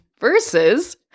versus